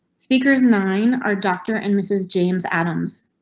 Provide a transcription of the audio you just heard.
speakers nine are doctor and mrs james adams.